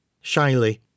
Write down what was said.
shyly